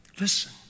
Listen